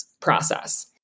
process